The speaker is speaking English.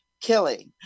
killing